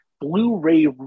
Blu-ray